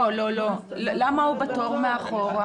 לא לא לא, למה הוא בתור מאחור?